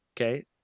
okay